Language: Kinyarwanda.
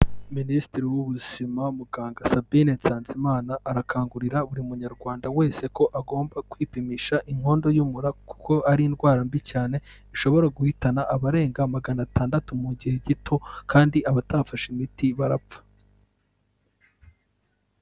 Minisitiri w'ubuzima muganga Sabine Nsanzimana, arakangurira buri munyarwanda wese ko agomba kwipimisha inkondo y'umura, kuko ari indwara mbi cyane, ishobora guhitana abarenga magana atandatu mu gihe gito kandi abatafashe imiti barapfa.